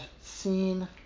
seen